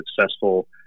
successful